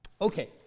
Okay